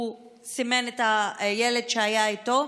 הוא סימן על הילד שהיה איתו,